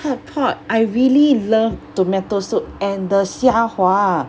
hotpot I really love tomato soup and the 虾滑